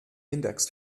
index